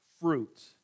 fruit